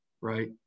right